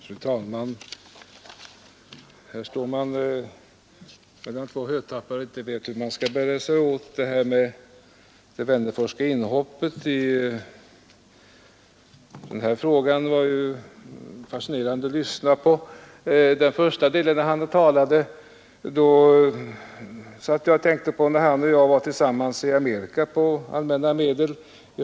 Fru talman! Här står man mellan två hötappar och vet inte hur man skall bära sig åt. Det Wennerforsska inhoppet i den här frågan var fascinerande. Under första delen av herr Wennerfors” anförande kom jag att tänka på när han och jag var tillsammans i Amerika i höstas på allmänna medel.